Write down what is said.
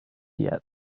yet